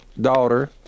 daughter